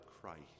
Christ